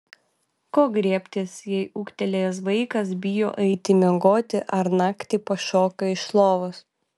ko griebtis jei ūgtelėjęs vaikas bijo eiti miegoti ar naktį pašoka iš lovos